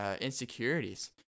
insecurities